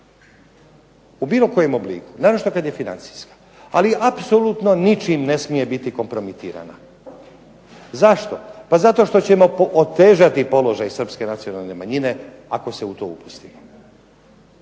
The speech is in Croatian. u bilo kojem obliku, naročito kad je financijska, ali apsolutno ničim ne smije biti kompromitirana. Zašto, pa zato što ćemo otežati položaj Srpske nacionalne manjine ako se u to upustimo.